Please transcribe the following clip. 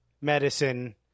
medicine